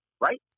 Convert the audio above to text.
right